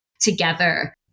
together